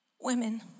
Women